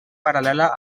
paral·lela